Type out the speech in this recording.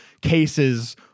cases